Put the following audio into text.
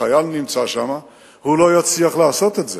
החייל, נמצא שם, הצבא לא יצליח לעשות את זה.